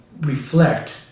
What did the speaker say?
reflect